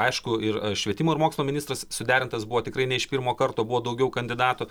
aišku ir švietimo ir mokslo ministras suderintas buvo tikrai ne iš pirmo karto buvo daugiau kandidatų